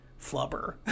flubber